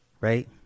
Right